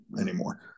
anymore